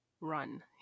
run